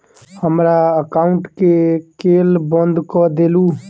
हमरा एकाउंट केँ केल बंद कऽ देलु?